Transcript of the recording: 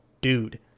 dude